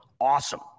awesome